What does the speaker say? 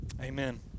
Amen